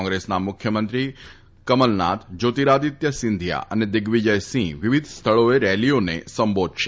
કોંગ્રેસના મુખ્યમંત્રી કમલનાથ જ્યોતિરાદિત્ય સિંધિયા અને દિગ્વીજયસિંફ વિવિધ સ્થળોએ રેલીઓને સંબોધશે